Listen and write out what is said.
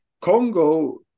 Congo